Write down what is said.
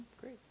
great